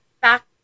back